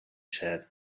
said